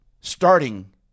starting